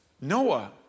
Noah